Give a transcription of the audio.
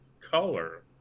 color